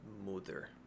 Mother